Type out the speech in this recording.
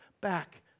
back